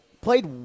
Played